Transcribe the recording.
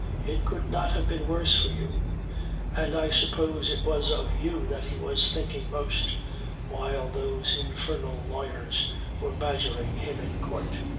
it could not have been worse for you and i suppose it was of you that he was thinking most while those infernal lawyers were badgering him in court.